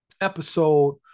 episode